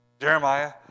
Jeremiah